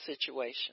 situation